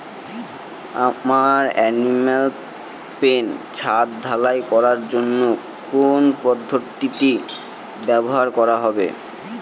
আমার animal pen ছাদ ঢালাই করার জন্য কোন পদ্ধতিটি ব্যবহার করা হবে?